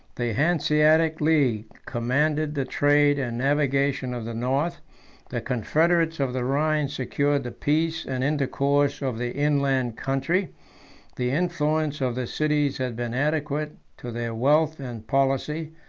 the hanseatic league commanded the trade and navigation of the north the confederates of the rhine secured the peace and intercourse of the inland country the influence of the cities has been adequate to their wealth and policy,